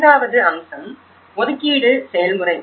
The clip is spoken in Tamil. இரண்டாவது அம்சம் ஒதுக்கீடு செயல்முறை